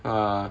uh